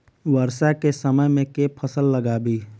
वर्षा केँ समय मे केँ फसल लगाबी?